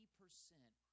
percent